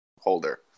holder